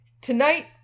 Tonight